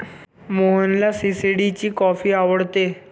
मोहनला सी.सी.डी ची कॉफी आवडते